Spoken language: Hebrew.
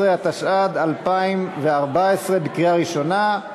14), התשע"ד 2014, לקריאה ראשונה.